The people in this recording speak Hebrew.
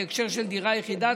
בהקשר של דירה יחידה,